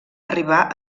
arribar